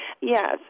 Yes